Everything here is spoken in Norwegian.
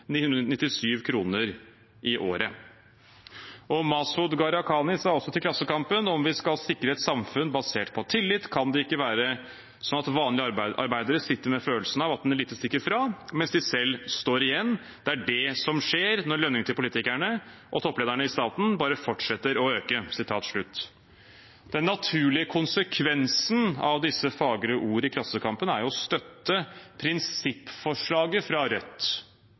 997 kr i året. Masud Gharahkhani sa også til Klassekampen: «Om vi skal sikre et samfunn basert på tillit kan det ikke være sånn at vanlige arbeidere sitter med følelsen av at en elite stikker ifra, mens de selv står igjen. Det er det som skjer når lønningene til politikere og topplederne i staten bare fortsetter å øke.» Den naturlige konsekvensen av disse fagre ord i Klassekampen er jo å støtte prinsippforslaget fra Rødt